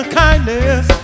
kindness